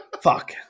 Fuck